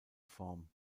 form